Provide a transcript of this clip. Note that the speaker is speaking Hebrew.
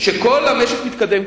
כל המשק מתקדם,